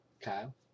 Kyle